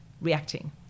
reacting